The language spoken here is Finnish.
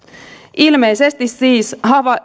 ilmeisesti siis